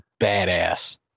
badass